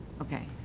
Okay